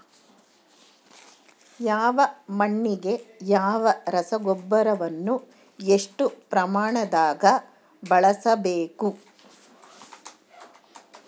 ಯಾವ ಮಣ್ಣಿಗೆ ಯಾವ ರಸಗೊಬ್ಬರವನ್ನು ಎಷ್ಟು ಪ್ರಮಾಣದಾಗ ಬಳಸ್ಬೇಕು?